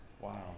Wow